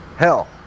hell